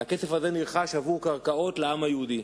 והכסף הזה נתרם עבור קרקעות לעם היהודי.